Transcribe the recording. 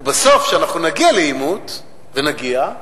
ובסוף, כשאנחנו נגיע לעימות, ונגיע,